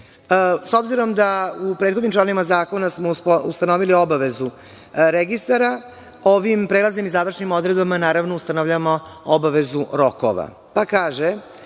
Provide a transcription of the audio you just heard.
S obzirom da u prethodnim članovima zakona smo ustanovili obavezu registra, ovim prelaznim i završnim odredbama naravno ustanovljamo obavezu rokova, pa kaže